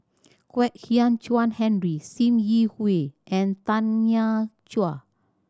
Kwek Hian Chuan Henry Sim Yi Hui and Tanya Chua